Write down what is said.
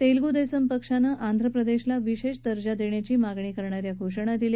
तेलगू देसम पक्षाने आंध्रप्रदेशला विशेष दर्जा देण्याची मागणी करणा या घोषणा दिल्या